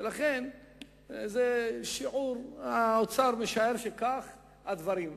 ולכן האוצר משער שכך הדברים.